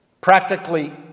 Practically